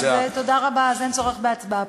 אז תודה רבה, אין צורך בהצבעה.